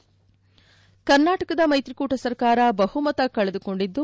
head ಕನಾಟಕದ ಮೈತ್ರಿಕೂಟ ಸರ್ಕಾರ ಬಹುಮತ ಕಳೆದುಕೊಂಡಿದ್ದು